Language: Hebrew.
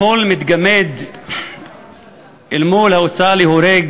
הכול מתגמד אל מול ההוצאה להורג